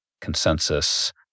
consensus